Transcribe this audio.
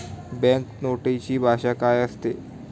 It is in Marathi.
बँक नोटेची भाषा काय असते?